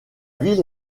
ville